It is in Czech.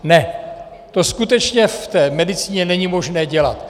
Ne, to skutečně v medicíně není možné dělat.